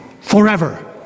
forever